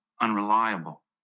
unreliable